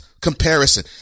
comparison